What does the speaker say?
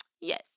Yes